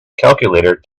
calculator